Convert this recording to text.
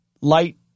light